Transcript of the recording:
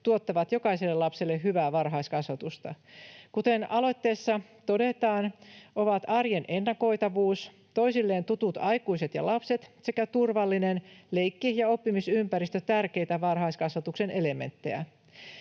tuottavat jokaiselle lapselle hyvää varhaiskasvatusta. Kuten aloitteessa todetaan, ovat arjen ennakoitavuus, toisilleen tutut aikuiset ja lapset sekä turvallinen leikki- ja oppimisympäristö tärkeitä varhaiskasvatuksen elementtejä.